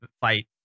fight